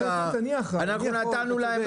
אנחנו נתנו להם,